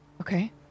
Okay